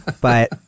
But-